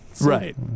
Right